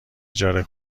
اجاره